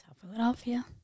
Philadelphia